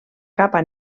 capa